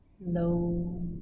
low